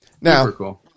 Now